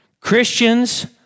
Christians